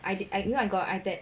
I I you know I got ipad